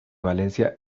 valencia